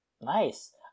Nice